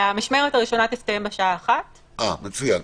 המשמרת הראשונה תסתיים בשעה 13:00. מצוין,